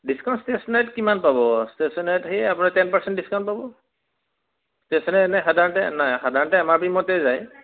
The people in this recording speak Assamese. ডিছকাউণ্ট ষ্টেচনাৰীত কিমান পাব ষ্টেচনাৰীত সেই আপোনাৰ টেন পাৰ্চেণ্ট ডিছকাউণ্ট পাব ষ্টেচনাৰীত সাধাৰণতে সাধাৰণতে এম আৰ পি মতেই যায়